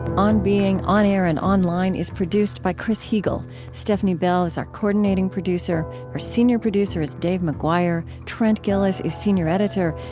on being on-air and online is produced by chris heagle. stefni bell is our coordinating producer. our senior producer is dave mcguire. trent gilliss is senior editor.